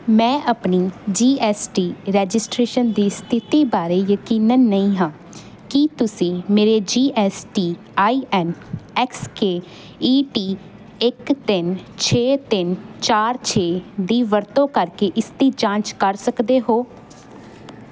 ਮੈਂ ਆਪਣੀ G S T registration ਦੀ ਸਥਿਤੀ ਬਾਰੇ ਯਕੀਨਨ ਨਹੀਂ ਹਾਂ ਕੀ ਤੁਸੀਂ ਮੇਰੇ G S T I N X K E T ਇੱਕ ਤਿੰਨ ਛੇ ਤਿੰਨ ਚਾਰ ਛੇ ਦੀ ਵਰਤੋਂ ਕਰਕੇ ਇਸ ਦੀ ਜਾਂਚ ਕਰ ਸਕਦੇ ਹੋ